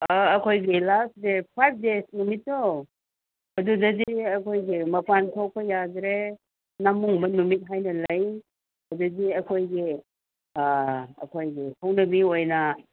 ꯑꯩꯈꯣꯏꯒꯤ last day ꯐꯥꯏꯕ ꯗꯦꯁ ꯅꯨꯃꯤꯠꯇꯣ ꯑꯗꯨꯗꯗꯤ ꯑꯩꯈꯣꯏꯒꯤ ꯃꯄꯥꯟ ꯊꯣꯛꯄ ꯌꯥꯗ꯭ꯔꯦ ꯅꯥꯃꯨꯡꯕ ꯅꯨꯃꯤꯠ ꯍꯥꯏꯅ ꯂꯩ ꯑꯗꯗꯤ ꯑꯩꯈꯣꯏꯒꯤ ꯑꯩꯈꯣꯏꯒꯤ ꯍꯧꯅꯕꯤ ꯑꯣꯏꯅ